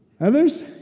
Others